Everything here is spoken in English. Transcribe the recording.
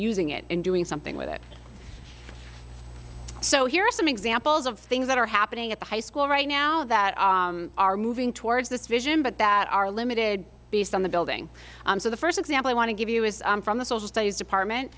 using it and doing something with it so here are some examples of things that are happening at the high school right now that are moving towards this vision but that are limited based on the building so the first example i want to give you is from the social studies department